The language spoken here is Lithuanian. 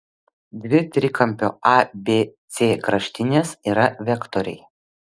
dvi trikampio abc kraštinės yra vektoriai